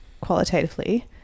qualitatively